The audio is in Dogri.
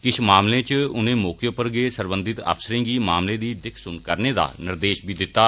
किश मामलें च उनें मौके पर गै सरबंधित अफसरें गी मामले दी दिख सुन करने दा निर्देश बी दित्ता